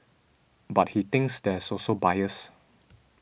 but he thinks there is also bias